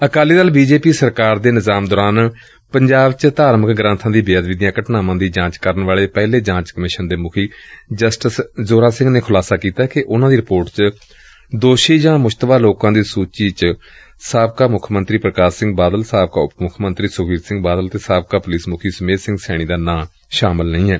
Akali Dal B J P ਸਰਕਾਰ ਦੇ ਨਿਜ਼ਾਮ ਦੌਰਾਨ ਪੰਜਾਬ ਚ ਧਾਰਮਿਕ ਗਰੰਥਾਂ ਦੀ ਬੇਅਦਬੀ ਦੀਆਂ ਘਟਨਾਵਾਂ ਦੀ ਜਾਂਚ ਕਰਨ ਵਾਲੇ ਪਹਿਲੇ ਜਾਂਚ ਕਮਿਸ਼ਨ ਦੇ ਮੁਖੀ ਜਸਟਿਸ ਜ਼ੋਰਾ ਸਿੰਘ ਨੇ ਖੁਲਾਸਾ ਕੀਤੈ ਕਿ ਉਨੂਾਂ ਦੀ ਰਿਪੋਰਟ ਵਿਚ ਦੋਸ਼ੀ ਜਾਂ ਮੁਸ਼ਤਬਾ ਲੋਕਾਂ ਦੀ ਸੂਚੀ ਸਾਬਕਾ ਮੁੱਖ ਮੰਤਰੀ ਪ੍ਰਕਾਸ਼ ਸਿੰਘ ਬਾਦਲ ਸਾਬਕਾ ਉਪ ਮੁੱਖ ਮੰਤਰੀ ਸੁਖਬੀਰ ਸਿੰਘ ਬਾਦਲ ਅਤੇ ਸਾਬਕਾ ਪੁਲਿਸ ਮੁਖੀ ਸਮੇਧ ਸਿੰਘ ਸੈਣੀ ਦਾ ਨਾਂ ਨਹੀਂ ਏ